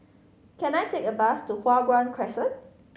can I take a bus to Hua Guan Crescent